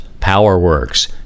PowerWorks